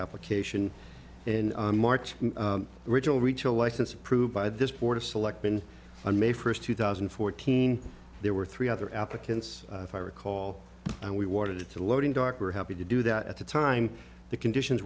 application in march the original reach a license approved by this board of selectmen a may first two thousand and fourteen there were three other applicants if i recall and we wanted to the loading dock were happy to do that at the time the conditions